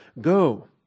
go